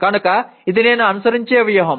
కనుక ఇది నేను అనుసరించే వ్యూహం